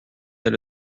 elle